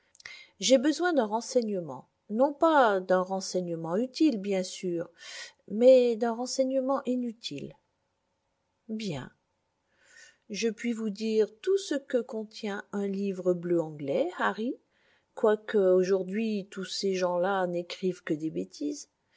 j'ai besoin d'un renseignement non pas d'un ren gnement utile bien sûr mais d'un renseignement inutile bien je puis vous dire tout ce que contient un livre bleu anglais harry quoique aujourd'hui tous ces gens-là n'écrivent que des bêtises